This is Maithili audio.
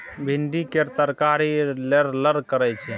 भिंडी केर तरकारी लेरलेर करय छै